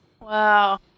Wow